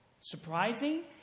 surprising